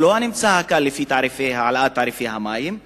הוא לא נמצא בקלות לפי העלאת תעריפי מחיר המים,